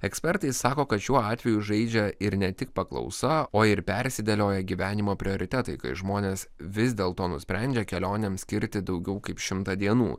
ekspertai sako kad šiuo atveju žaidžia ir ne tik paklausa o ir persidėlioja gyvenimo prioritetai kai žmonės vis dėl to nusprendžia kelionėms skirti daugiau kaip šimtą dienų